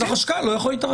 החשכ"ל לא יכול להתערב בזה.